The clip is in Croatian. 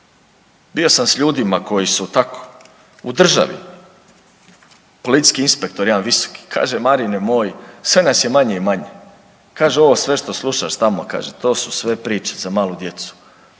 Bio sam s ljudima koji su tako u državi, policijski inspektor jedan visoko kaže Marine moj sve nas je manje i manje, kaže ovo sve što slušaš tamo kaže to su sve priče za malu djecu,